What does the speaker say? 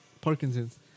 Parkinson's